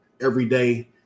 everyday